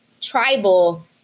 tribal